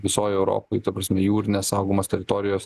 visoj europoj ta prasme jūrinės saugomos teritorijos